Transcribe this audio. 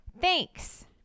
Thanks